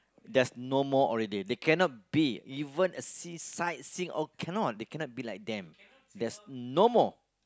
there's no more already there cannot be even a sea side team they cannot they cannot be like them there's no more